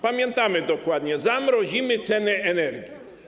Pamiętamy dokładnie: zamrozimy ceny energii.